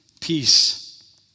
peace